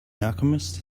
alchemist